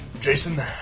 Jason